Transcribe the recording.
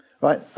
right